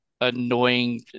annoying